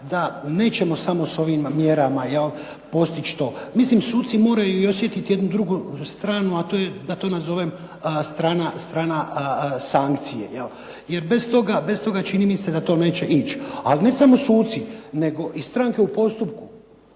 da nećemo samo s ovim mjerama postići to. Mislim, suci moraju i osjetiti jednu drugu stranu, a to je da to nazovem strana sankcije, jer bez toga čini mi se da to neće ići. Ali ne samo suci, nego i stranke u postupku.